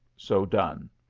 so done.